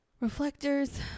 reflectors